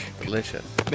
Delicious